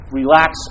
relax